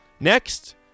Next